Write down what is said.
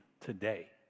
today